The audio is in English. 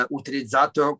utilizzato